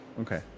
Okay